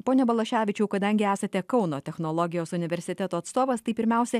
pone balaševičiau kadangi esate kauno technologijos universiteto atstovas tai pirmiausia